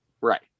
Right